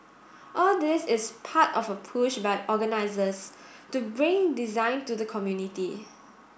all this is part of a push by organisers to bring design to the community